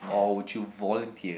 or would you volunteer